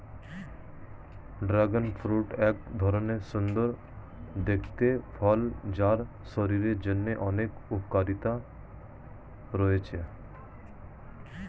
dragon fruit এক ধরণের সুন্দর দেখতে ফল যার শরীরের জন্য অনেক উপকারিতা রয়েছে